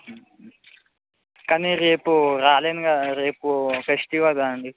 కానీ రేపు రాలేను రేపు ఫెస్టివల్ అండి